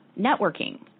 networking